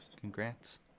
congrats